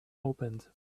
opened